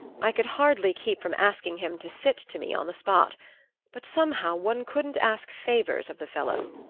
i could hardly keep from asking him to sit to me on the spot but somehow one couldn't ask favors of the fellow.